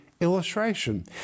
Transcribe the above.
illustration